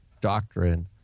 doctrine